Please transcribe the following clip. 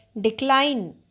decline